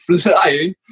flying